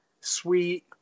Sweet